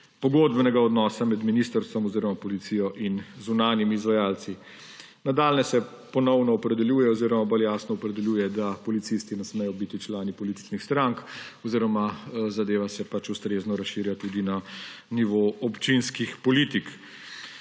pogodbenega odnosa med ministrstvom oziroma policijo in zunanjimi izvajalci. Nadaljnje se ponovno opredeljuje oziroma bolj jasno opredeljuje, da policisti ne smejo biti člani političnih strank oziroma zadeva se pač ustrezno razširja tudi na nivo občinskih politik.